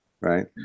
right